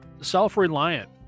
Self-reliant